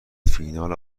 فینال